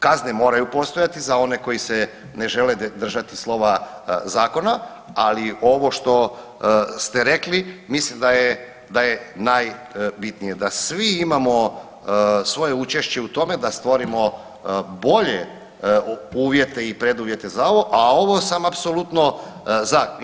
Kazne moraju postojati za one koji se ne žele držati slova zakona, ali ovo što ste rekli, mislim da je najbitnije, da svi imamo svoje učešće u tome da stvorimo bolje uvjete i preduvjete za ovo, a ovo sam apsolutno za.